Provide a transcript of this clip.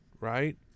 right